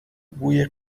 بوی